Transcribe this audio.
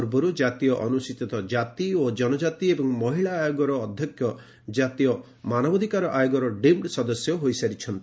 ପୂର୍ବରୁ ଜାତୀୟ ଅନୁସୂଚିତ କ୍ଷାତି ଓ ଜନକ୍ଷାତି ଏବଂ ମହିଳା ଆୟୋଗର ଅଧ୍ୟକ୍ଷ ଜାତୀୟ ମାନବାଧିକାର ଆୟୋଗର ଡିମ୍ ସଦସ୍ୟ ହୋଇସାରିଛନ୍ତି